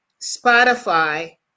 Spotify